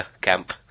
camp